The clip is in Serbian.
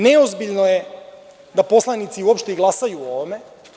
Neozbiljno je da poslanici uopšte glasaju o ovome.